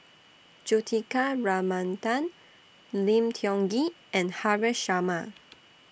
Juthika Ramanathan Lim Tiong Ghee and Haresh Sharma